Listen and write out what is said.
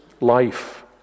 life